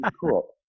cool